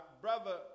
brother